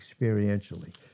experientially